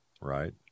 Right